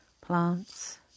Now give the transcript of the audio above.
Plants